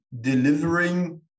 delivering